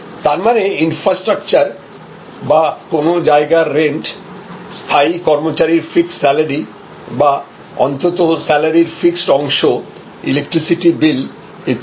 তার মানে ইনফ্রাস্ট্রাকচার বা কোন জায়গার রেন্ট স্থায়ী কর্মচারীর ফিক্সড স্যালারি বা অন্তত স্যালারির ফিক্সড অংশ ইলেকট্রিসিটি বিল ইত্যাদি